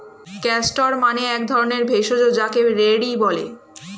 castor মানে এক ধরণের ভেষজ যাকে রেড়ি বলে